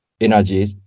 energy